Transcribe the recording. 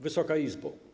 Wysoka Izbo!